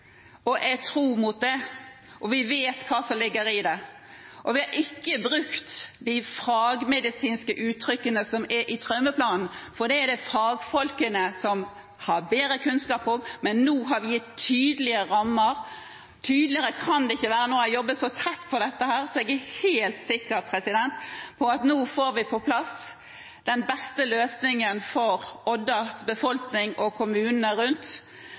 og er tro mot det. Vi vet hva som ligger i det, og vi har ikke brukt de fagmedisinske uttrykkene som er i traumeplanen, for det har fagfolkene bedre kunnskap om. Men nå har vi gitt tydelige rammer. Tydeligere kan det ikke være. Nå har jeg jobbet så tett på dette, så jeg er helt sikker på at vi nå får på plass den beste løsningen for Oddas befolkning og kommunene rundt,